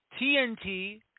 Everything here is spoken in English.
TNT